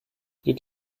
did